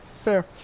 fair